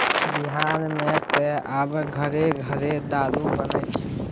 बिहारमे त आब घरे घर दारू बनैत छै